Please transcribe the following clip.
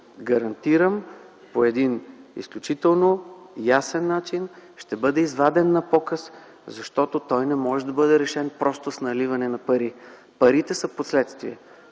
проект по един изключително ясен начин ще бъде изваден на показ, защото той не може да бъде решен просто с наливане на пари. Парите са последствие.